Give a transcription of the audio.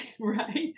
Right